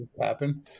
happen